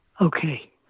okay